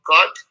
God